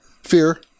Fear